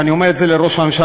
ואני אומר את זה לראש הממשלה,